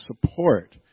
support